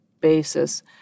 basis